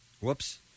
Whoops